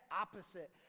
opposite